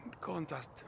contest